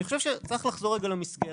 אני חושב שצריך לחזור למסגרת.